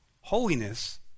Holiness